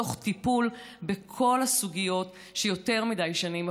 תוך טיפול בכל הסוגיות שיותר מדי שנים,